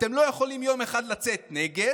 אתם לא יכולים יום אחד לצאת נגד